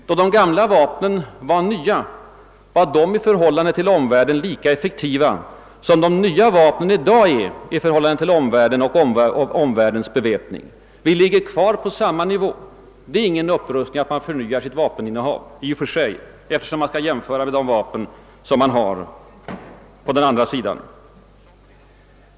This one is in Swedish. Då de gamla vapnen var nya var de i förhållande till omvärlden lika effektiva som de nya vapnen i dag är i förhållande till omvärldens beväpning. Vi ligger alltså kvar på samma nivå. Det är ingen upprustning att man förnyar sitt vapeninnehav, eftersom det skall jämföras med de vapen som finns på den andra sidan.